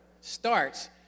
starts